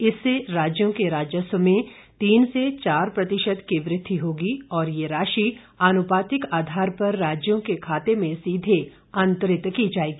इससे राज्यों के राजस्व में तीन से चार प्रतिशत की वृद्धि होगी और यह राशि आनुपातिक आधार पर राज्यों के खाते में सीधे अंतरित की जाएगी